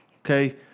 okay